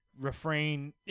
refrain